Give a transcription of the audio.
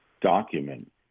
document